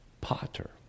Potter